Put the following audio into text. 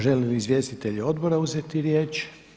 Žele li izvjestitelji odbora uzeti riječ?